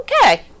okay